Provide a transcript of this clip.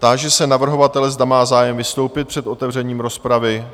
Táži se navrhovatele, zda má zájem vystoupit před otevřením rozpravy?